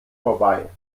vorbei